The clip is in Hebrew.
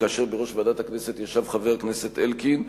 כאשר בראש ועדת הכנסת ישב חבר הכנסת אלקין,